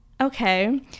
Okay